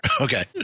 Okay